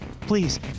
Please